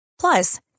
Plus